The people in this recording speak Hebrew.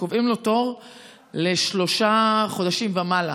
קובעים לו תור לעוד שלושה חודשים ומעלה.